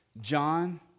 John